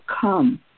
come